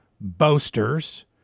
boasters